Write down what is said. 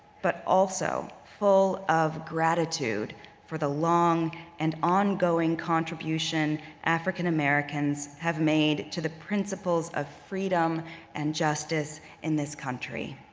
but also full of gratitude for the long and ongoing contribution african-americans have made to the principles of freedom and justice in this country.